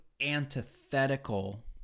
antithetical